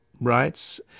rights